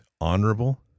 honorable